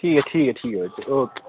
ठीक ऐ ठीक ऐ बच्चे ओके